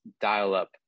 dial-up